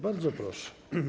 Bardzo proszę.